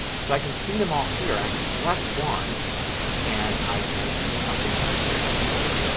so i can see them all here and i can select one and i can do something like export.